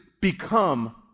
become